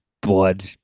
blood